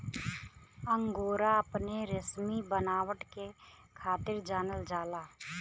angora अपने रेसमी बनावट के खातिर जानल जाला